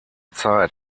zeit